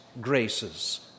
graces